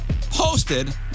posted